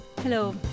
Hello